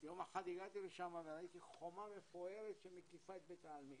יום אחד הגעתי לשם וראיתי חומה מפוארת שמקיפה את בית העלמין,